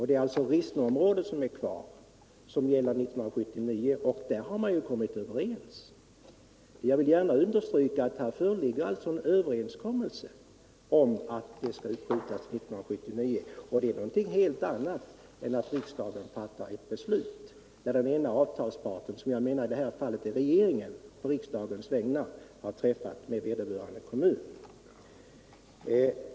Det är alltså Rissneområdet som är kvar, och beträffande detta har man kommit överens. Jag vill understryka att det här föreligger en överenskommelse om att amorteringarna skall uppskjutas till 1979. Det är någonting helt annat än att riksdagen fattar ett beslut, när den ena avtalsparten, som i det här fallet är regeringen, på riksdagens vägnar har träffat en överenskommelse med vederbörande kommun.